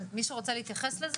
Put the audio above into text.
הבוסטר הביא, השיג את היעד שלו.